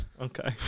Okay